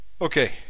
Okay